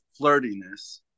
flirtiness